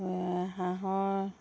হাঁহৰ